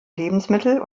lebensmittel